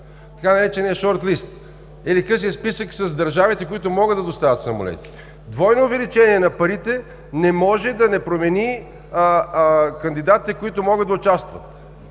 така наречения шортлист, или късия списък с държавите, които могат да доставят самолети. Двойно увеличение на парите не може да не промени кандидатите, които могат да участват.